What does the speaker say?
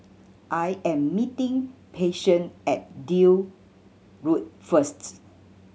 I am meeting Patience at Deal Road first